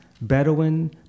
Bedouin